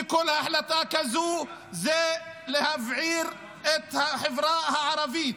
כי כל החלטה כזאת זה להבעיר את החברה הערבית,